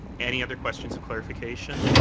any other questions of clarification?